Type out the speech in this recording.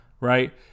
right